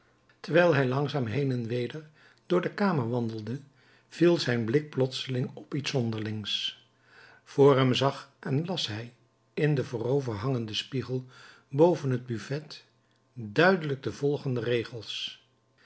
terwijl hij langzaam heen en weder door de kamer wandelde viel zijn blik plotseling op iets zonderlings vr hem zag en las hij in den vooroverhangenden spiegel boven het buffet duidelijk de volgende regels